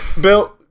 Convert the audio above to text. Bill